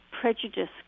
prejudice